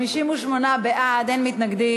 58 בעד, אין מתנגדים.